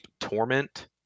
Torment